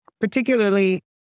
particularly